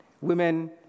women